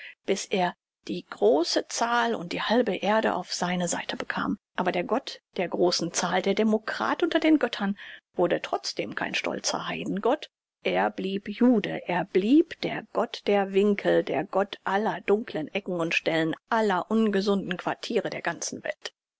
bis er die große zahl und die halbe erde auf seine seite bekam aber der gott der großen zahl der demokrat unter den göttern wurde trotzdem kein stolzer heidengott er blieb jude er blieb der gott der winkel der gott aller dunklen ecken und stellen aller ungesunden quartiere der ganzen welt